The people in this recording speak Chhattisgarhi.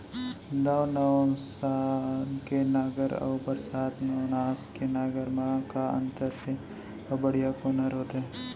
नौ नवनास के नांगर अऊ बरसात नवनास के नांगर मा का अन्तर हे अऊ बढ़िया कोन हर होथे?